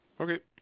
Okay